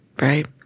Right